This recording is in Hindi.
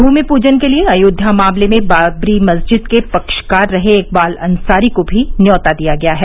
भूमि पूजन के लिए अयोध्या मामले में बाबरी मस्जिद के पक्षकार रहे इकबाल अंसारी को भी न्यौता दिया गया है